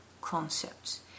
concepts